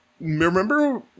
Remember